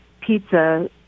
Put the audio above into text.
pizza